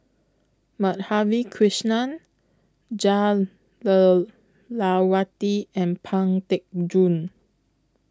Madhavi Krishnan Jah Lelawati and Pang Teck Joon